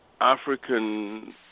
African